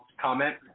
comment